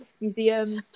museums